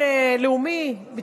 רשימת הדוברים נעולה, כמובן.